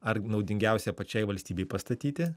ar naudingiausia pačiai valstybei pastatyti